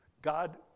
God